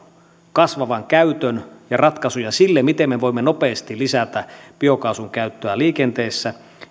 kasvavan käytön ja ratkaisuja sille miten me voimme nopeasti lisätä biokaasun käyttöä liikenteessä